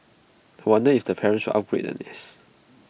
I wonder if the parents upgrade the nest